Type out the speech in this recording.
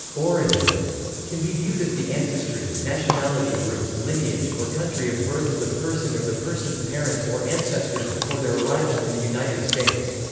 origin can be viewed as the ancestry, nationality group, lineage, or country of birth of the person or the person's parents or ancestors before their arrival in the united states.